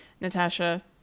Natasha